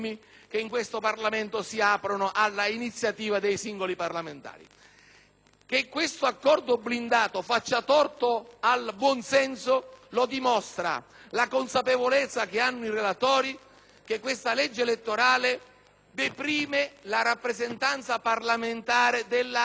Che tale accordo blindato faccia torto al buonsenso lo dimostra la consapevolezza che hanno i relatori del fatto che questa legge elettorale deprime la rappresentanza parlamentare delle aree meridionali, perché i meccanismi di attribuzione dei seggi,